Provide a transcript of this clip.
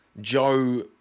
joe